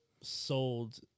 sold